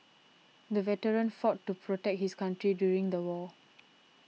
the veteran fought to protect his country during the war